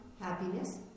happiness